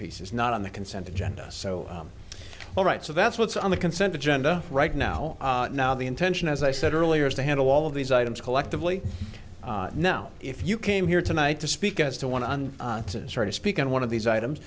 piece is not on the consent agenda so all right so that's what's on the consent agenda right now now the intention as i said earlier is to handle all of these items collectively now if you came here tonight to speak as to one and start to speak on one of these items